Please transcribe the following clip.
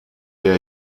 der